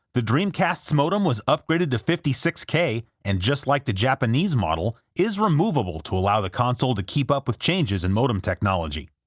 the dreamcast's modem was upgraded to fifty six k, and just like the japanese model, is removable to allow the console to keep up with changes in modem technology.